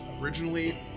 originally